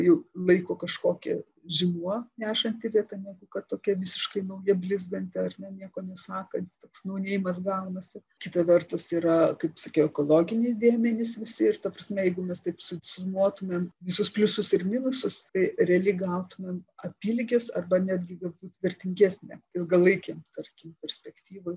jų laiko kažkokį žymuo nešanti vieta negu kad tokia visiškai nauja blizganti ar ne nieko nesakanti toks nou neimas gaunasi kita vertus yra kaip sakiau ekologiniai dėmenys visi ir ta prasme jeigu mes taip susumuotumėm visus pliusus ir minusus tai realiai gautumėm apylygis arba netgi galbūt vertingesnę ilgalaikiam tarkim perspektyvoj